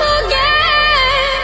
again